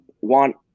want